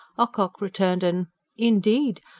ocock returned an indeed?